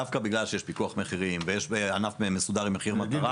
דווקא בגלל שיש פיקוח מחירים ויש ענף מסודר עם מחיר מטרה,